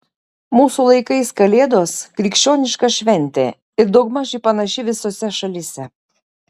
mūsų laikais kalėdos krikščioniška šventė ir daugmaž ji panaši visose šalyse